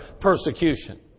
persecution